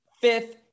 fifth